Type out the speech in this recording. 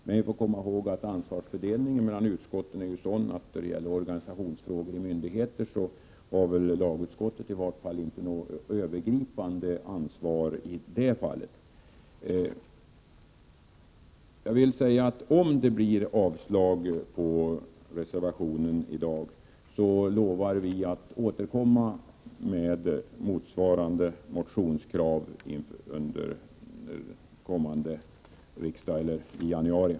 Man får dock komma ihåg att ansvarsfördelningen mellan utskotten är sådan att lagutskottet när det gäller organisationsfrågor hos myndigheter i vart fall inte har något övergripande ansvar. Om det blir avslag på reservationen i dag, lovar vi att återkomma med motsvarande motionskrav i januari.